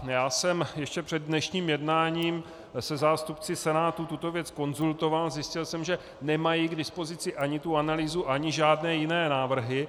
Já jsem ještě před dnešním jednáním se zástupci Senátu tuto věc konzultoval, zjistil jsem, že nemají k dispozici ani tu analýzu, ani žádné jiné návrhy.